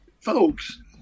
folks